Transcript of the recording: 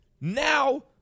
Now